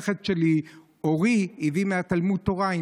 שהנכד שלי אורי הביא מתלמוד התורה.